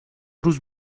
روز